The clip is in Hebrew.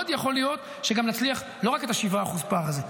מאוד יכול להיות שגם נצליח לא רק את ה-7% פער הזה,